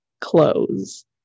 clothes